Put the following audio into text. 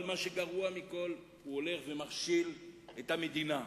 אבל הגרוע מכול שהוא הולך ומכשיל את המדינה.